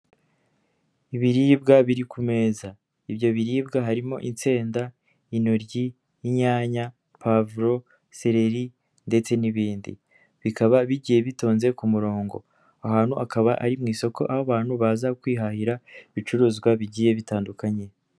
Ibiribwa biri ku meza, ibyo biribwa harimo insenda, intoryi, inyanya, pavuro, sereri ndetse n'ibindi, bikaba bigiye bitonze ku murongo, aho hantu akaba ari mu isoko aho abantu baza kwihahira ibicuruzwa bigiye bitandukanye.